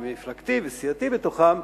ומפלגתי וסיעתי בתוכם,